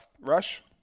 Rush